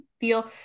feel